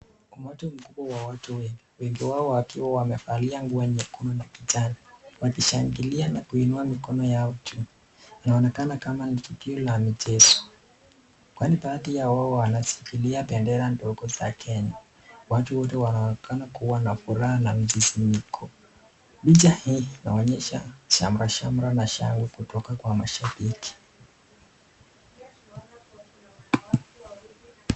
Umati mkubwa wa watu wengi. Wengi wao wakiwa wamevalia nguo nyekundu na kijani, wakishangilia na kuinua mikono yao juu. Inaonekana kama nitukio la michezo, kwani baadhi ya wao wanashikilia bendera ndogo za kenya. Watu wote wanaonekana wakiwa na furaha na msisimuko. Picha hii inaonyesha shamrashamra na shangwe kutoka kwa mashabiki.